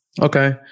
Okay